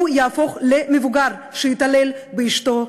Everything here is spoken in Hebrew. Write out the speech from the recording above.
הוא יהפוך למבוגר שיתעלל באשתו,